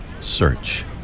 search